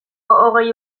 hogei